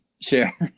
share